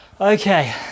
Okay